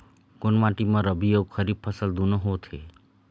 कोन माटी म रबी अऊ खरीफ फसल दूनों होत हे?